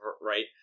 Right